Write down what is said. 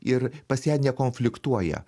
ir pas ją nekonfliktuoja